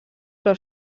però